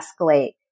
escalate